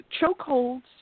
chokeholds